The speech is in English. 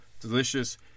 delicious